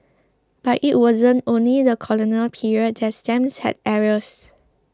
but it wasn't only the colonial period that stamps had errors